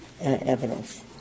evidence